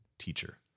teacher